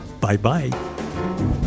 Bye-bye